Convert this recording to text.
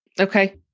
Okay